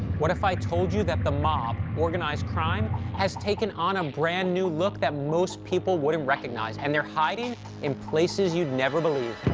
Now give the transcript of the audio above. what if i told you that the mob organized crime has taken on a um brand-new look that most people wouldn't recognize, and they're hiding in places you'd never believe?